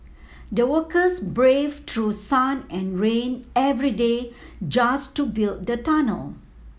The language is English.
the workers braved through sun and rain every day just to build the tunnel